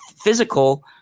physical